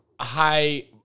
high